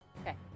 Okay